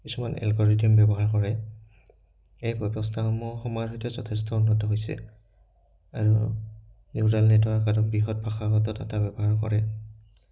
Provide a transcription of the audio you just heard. কিছুমান ব্যৱহাৰ কৰে এই ব্যৱস্থাসমূহ সময়ৰ সৈতে যথেষ্ট উন্নত হৈছে আৰু আৰু বৃহৎ ভাষাগত এটা ব্যৱহাৰ কৰে